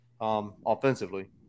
offensively